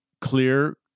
clear